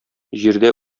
җирдә